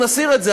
נסיר את זה.